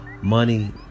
money